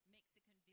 Mexican